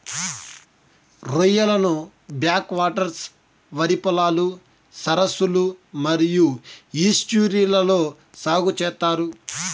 రొయ్యలను backwaters, వరి పొలాలు, సరస్సులు మరియు ఈస్ట్యూరీలలో సాగు చేత్తారు